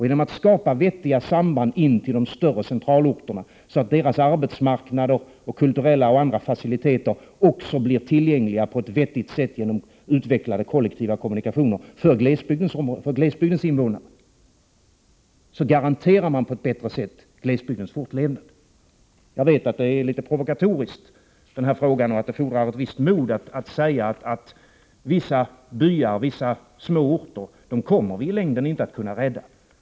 Genom att skapa vettiga samband med de större centralorterna, så att deras arbetsmarknad, deras kulturella och andra faciliteter också blir tillgängliga på ett vettigt sätt genom utvecklade kollektiva kommunikationer för glesbygdens invånare, garanterar man på ett bättre sätt glesbygdens fortlevnad. Jag vet att denna fråga är provokatorisk och att det fordras ett visst mod att säga att vissa byar, vissa småorter, kommer vi i längden inte att kunna rädda.